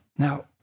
Now